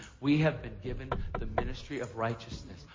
we have been given the ministry of righteousness.